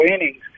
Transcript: innings